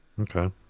Okay